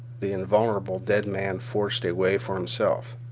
the invulnerable dead man forced a way for himself.